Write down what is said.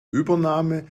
übernahme